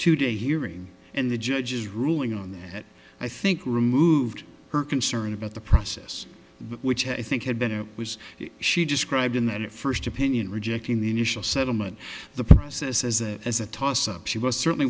two day hearing and the judge's ruling on that i think removed her concern about the process which i think had been it was she described in that first opinion rejecting the initial settlement the process as a as a toss up she was certainly